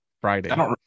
Friday